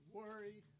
worry